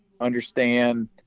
understand